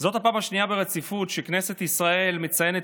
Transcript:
זאת הפעם השנייה ברציפות שכנסת ישראל מציינת